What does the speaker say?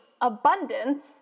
abundance